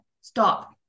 Stop